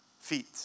feet